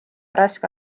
raske